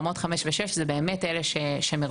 כאשר רמות (5) ו-(6) הם באמת אלה שמרותקים,